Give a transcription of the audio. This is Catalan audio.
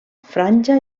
franja